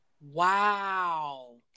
Wow